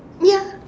ya